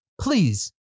please